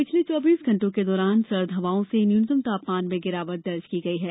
पिछले चौबीस घंटों के दौरान सर्द हवाओं से न्यूनतम तापमान में गिरावट दर्ज की गई है